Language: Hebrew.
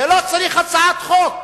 לא צריך הצעת חוק.